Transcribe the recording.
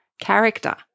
character